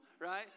right